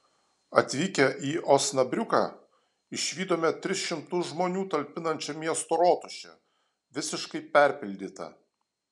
atvykę į osnabriuką išvydome tris šimtus žmonių talpinančią miesto rotušę visiškai perpildytą